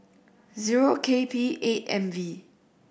zero K P eight M V